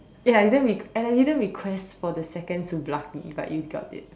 ya you didn't request for the second Souvlaki but you've got it